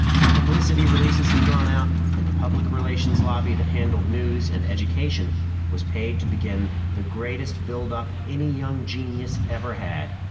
the publicity releases had gone out, and the public relations lobby that handled news and education was paid to begin the greatest build-up any young genius ever had.